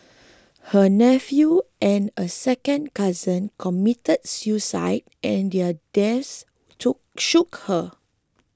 her nephew and a second cousin committed suicide and their deaths shook her